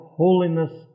holiness